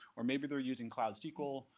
or maybe they're using cloud sql,